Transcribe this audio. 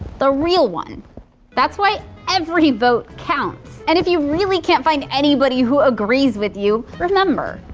the real one that's why every vote counts, and if you really can't find anybody who agrees with you, remember,